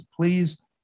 please